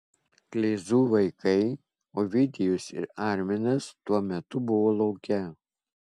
kleizų vaikai ovidijus ir arminas tuo metu buvo lauke